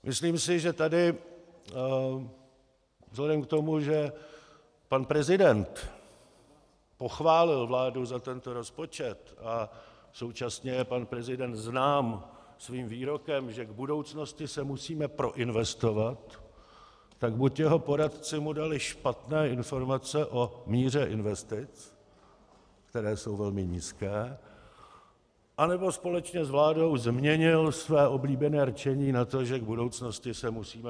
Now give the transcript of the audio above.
Myslím si, že tady vzhledem k tomu, že pan prezident pochválil vládu za tento rozpočet, a současně je pan prezident znám svým výrokem, že k budoucnosti se musíme proinvestovat, tak buď mu jeho poradci dali špatné informace o míře investic, které jsou velmi nízké, anebo společně s vládou změnil své oblíbené rčení na to, že k budoucnosti se musíme projíst a propít.